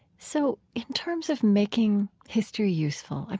so in terms of making history useful,